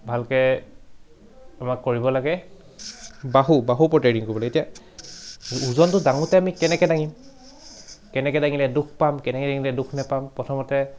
ভালকৈ আমাক কৰিব লাগে বাহু বাহু ওপৰত ট্ৰেইনিং কৰিবলৈ এতিয়া ওজনটো দাঙোতে আমি কেনেকৈ দাঙিম কেনেকৈ দাঙিলে দুখ পাম কেনেকৈ দাঙিলে দুখ নাপাম প্ৰথমতে